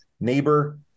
neighbor